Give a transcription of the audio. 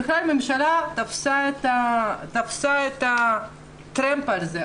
בכלל הממשלה תפסה טרמפ על זה,